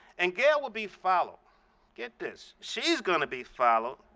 and gail will be followed get this, she's going to be followed